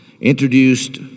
introduced